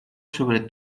sobre